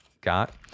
got